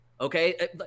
okay